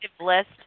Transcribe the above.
list